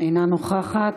אינה נוכחת.